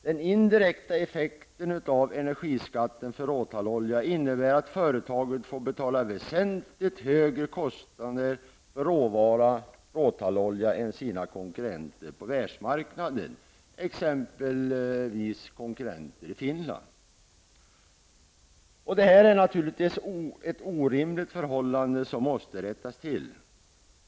Den indirekta effekten av energiskatten för råtallolja innebär att företaget får betala väsentligt högre kostnader för råvaran råtallolja än sina konkurrenter på världsmarknaden, exempelvis konkurrenter i Detta är naturligtvis ett orimligt förhållande som måste rättas till.